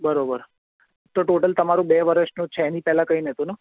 બરાબર તો ટોટલ તમારો બે વર્ષનો છે એની પહેલા કંઈ નહોતું ને